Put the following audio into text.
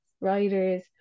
writers